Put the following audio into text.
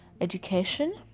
education